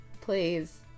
please